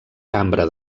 cambra